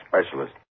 specialist